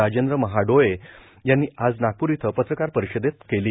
राजेंद्र महाडोळे यांनी आज नागपूर इथं पत्रकार परिषदेत सांगितलं